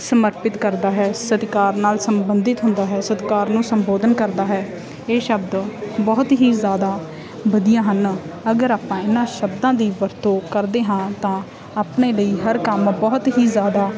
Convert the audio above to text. ਸਮਰਪਿਤ ਕਰਦਾ ਹੈ ਸਤਿਕਾਰ ਨਾਲ ਸੰਬੰਧਿਤ ਹੁੰਦਾ ਹੈ ਸਤਿਕਾਰ ਨੂੰ ਸੰਬੋਧਨ ਕਰਦਾ ਹੈ ਇਹ ਸ਼ਬਦ ਬਹੁਤ ਹੀ ਜ਼ਿਆਦਾ ਵਧੀਆ ਹਨ ਅਗਰ ਆਪਾਂ ਇਹਨਾਂ ਸ਼ਬਦਾਂ ਦੀ ਵਰਤੋਂ ਕਰਦੇ ਹਾਂ ਤਾਂ ਆਪਣੇ ਲਈ ਹਰ ਕੰਮ ਬਹੁਤ ਹੀ ਜ਼ਿਆਦਾ